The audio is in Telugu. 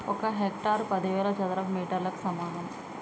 ఒక హెక్టారు పదివేల చదరపు మీటర్లకు సమానం